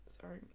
sorry